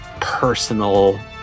personal